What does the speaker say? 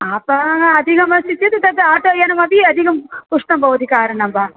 अपि अधिकमस्ति चेत् तद् आटो यानमपि अधिकम् उष्णं भवति कारणं वा